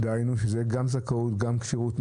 דהיינו, זה יהיה גם זכאות וגם כשירות?